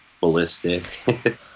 ballistic